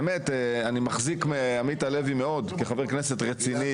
באמת אני מחזיק מעמית הלוי מאוד כחבר כנסת רציני,